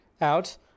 out